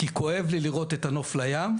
כי כואב לי לראות את הנוף לים,